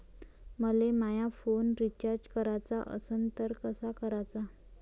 मले माया phone recharge कराचा असन तर कसा कराचा?